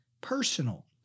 personal